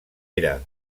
era